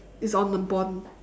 it's on a bond